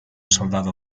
soldado